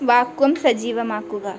vacuum സജീവമാക്കുക